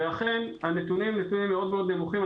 ואכן, הנתונים אצלנו מאוד מאוד נמוכים.